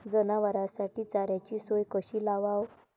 जनावराइसाठी चाऱ्याची सोय कशी लावाव?